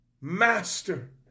master